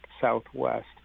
Southwest